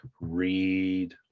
read